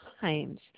times